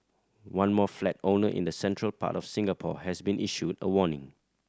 one more flat owner in the central part of Singapore has been issued a warning